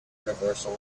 universal